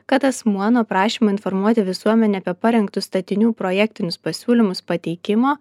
kad asmuo nuo prašymo informuoti visuomenę apie parengtus statinių projektinius pasiūlymus pateikimo